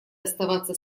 оставаться